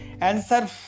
Answer